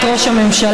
את ראש הממשלה,